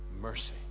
mercy